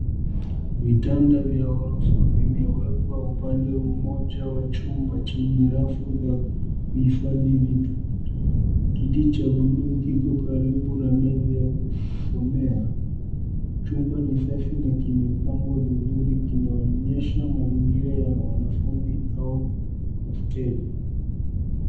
Vitanda vya ghorofa vimewekwa upande mmoja wa chumba chenye rafu la kuhifadhi vitu. Kiti cha buluu kiko karibu na meza ya kusomea. Chumba ni safi na kimepangwa vizuri kinaonyesha mazingira ya wanafunzi au hosteli.